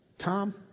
Tom